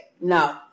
No